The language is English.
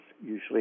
usually